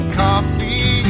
coffee